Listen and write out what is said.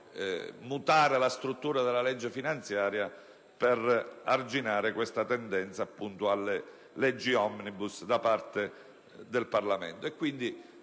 mutare la struttura della legge finanziaria per arginare la tendenza alle leggi*omnibus* da parte del Parlamento.